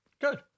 Good